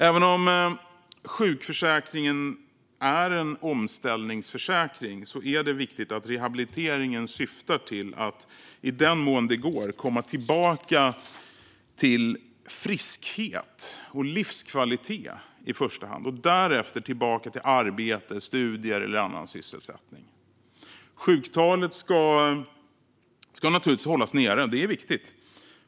Även om sjukförsäkringen är en omställningsförsäkring är det viktigt att rehabiliteringen syftar till att man, i den mån det går, ska komma tillbaka till friskhet och livskvalitet i första hand, och därefter tillbaka till arbete, studier eller annan sysselsättning. Sjuktalet ska naturligtvis hållas nere. Det är viktigt.